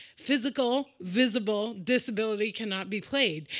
physical visible disability cannot be played.